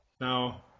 now